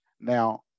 Now